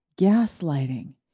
gaslighting